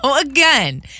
Again